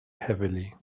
heavily